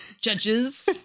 Judges